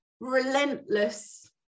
relentless